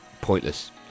pointless